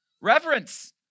Reverence